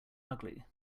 ugly